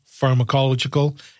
Pharmacological